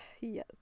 Yes